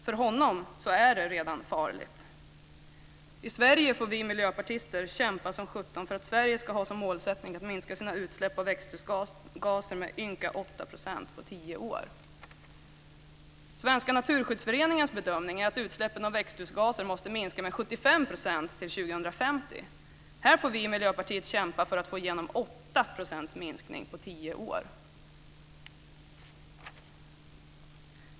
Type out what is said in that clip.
För honom är det redan farligt. I Sverige får vi miljöpartister kämpa som sjutton för att Sverige ska ha som målsättning att minska sina utsläpp av växthusgaser med ynka 8 % på tio år. Svenska naturskyddsföreningens bedömning är att utsläppen av växthusgaser måste minska med 75 % till 2050. Här får vi i Miljöpartiet kämpa för att få igenom en minskning på 8 % under tio år.